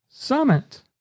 Summit